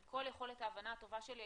עם כל יכולת ההבנה הטובה שלי,